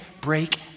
break